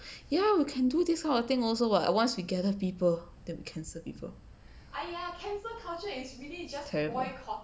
ya we can do this kind of thing also [what] once we gather people the cancel people